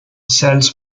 sells